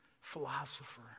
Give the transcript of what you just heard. philosopher